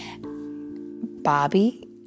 Bobby